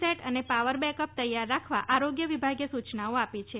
set અને power backup તૈયાર રાખવા આરોગ્ય વિભાગે સૂચનાઓ આપી છે